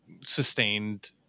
sustained